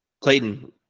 Clayton